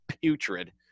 putrid